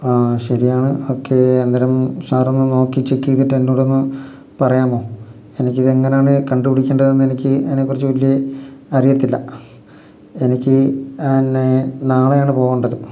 ആ ശരിയാണ് ഓക്കെ അന്നേരം സാറൊന്ന് നോക്കി ചെക്ക് ചെയ്തിട്ട് എന്നോടൊന്ന് പറയാമോ എനിക്ക് ഇതെങ്ങനെയാണ് കണ്ടുപടിക്കേണ്ടതെന്ന് എനിക്ക് അതിനെ കുറിച്ച് വലിയ അറിയത്തില്ല എനിക്ക് പിന്നെ നാളെയാണ് പോവേണ്ടത്